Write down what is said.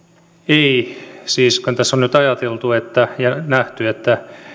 ei siis kun tässä on nyt ajateltu ja nähty että